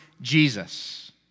Jesus